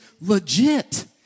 legit